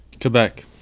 Quebec